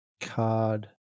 card